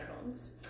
homes